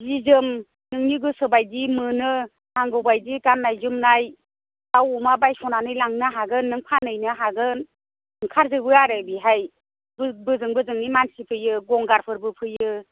जि जोम नोंनि गोसो बायदि मोनो नांगौबायदि गान्नाय जोमनाय दाउ अमा बायस'नानै लांनो हागोन नों फानहैनो हागोन ओंखार जोबो आरो बिहाय बो बोजों बोजोंनि मानसि फैयो गंगारफोरबो फैयो